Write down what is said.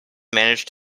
managed